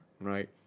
Right